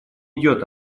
идет